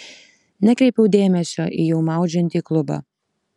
nekreipiau dėmesio į jau maudžiantį klubą